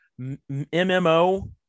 MMO